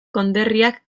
konderriak